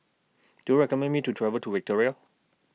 Do YOU recommend Me to travel to Victoria